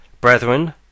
brethren